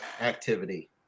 activity